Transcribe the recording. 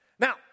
Now